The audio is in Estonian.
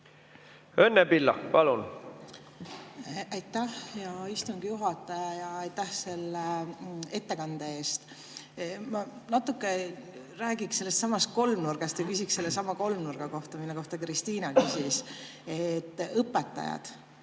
Õnne Pillak, palun! Aitäh, hea istungi juhataja! Ja aitäh selle ettekande eest! Ma natuke räägiks sellestsamast kolmnurgast ja küsiksin sellesama kolmnurga kohta, mille kohta Kristina küsis. Nimelt õpetajad.